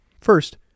First